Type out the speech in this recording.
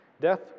Death